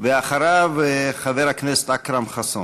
אחריו, חבר הכנסת אכרם חסון.